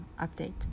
update